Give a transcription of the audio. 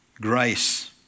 Grace